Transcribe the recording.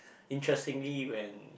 interesting when